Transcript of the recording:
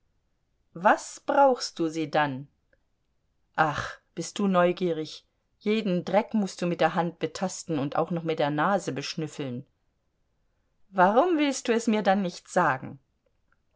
was brauchst du sie dann ach bist du neugierig jeden dreck mußt du mit der hand betasten und auch noch mit der nase beschnüffeln warum willst du es mir dann nicht sagen